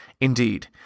Indeed